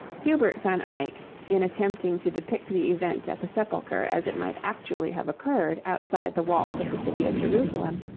hubert van eyck, in attempting to depict the event at the sepulchre as it might actually have occurred outside the walls of the city of jerusalem,